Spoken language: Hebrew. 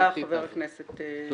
תודה חבר הכנסת נגוסה.